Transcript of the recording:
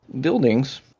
buildings